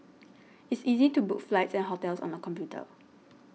it's easy to book flights and hotels on the computer